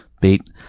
beat